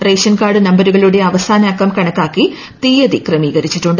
ration card നമ്പരുകളുടെ അവസാന അക്കം കണക്കാക്കി തിയതി ക്രമീകരിച്ചിട്ടുണ്ട്